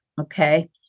Okay